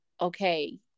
okay